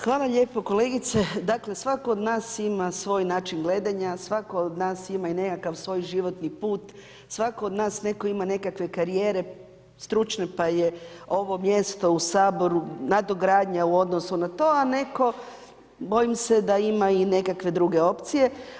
Hvala lijepo kolegice, dakle svako od nas ima svoj način gledanja, svako od nas ima i nekakav svoj životni put, svako od nas neko ima nekakve karijere stručne pa je ovo mjesto u saboru nadogradnja u odnosu na to, a neko bojim se da imam i nekakve druge opcije.